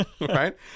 right